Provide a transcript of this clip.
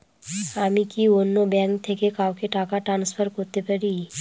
আমি কি অন্য ব্যাঙ্ক থেকে কাউকে টাকা ট্রান্সফার করতে পারি?